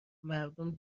مردم